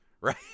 Right